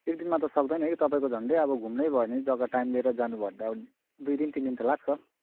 एकदिनमा त सक्दैन कि तपाईँको झन्डै अब घुम्नै भयो भने पनि जग्गा टाइम लिएर जानु भयो भने त अब दुई दिन तिन दिन लाग्छ